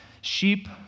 Sheep